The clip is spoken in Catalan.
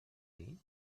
dir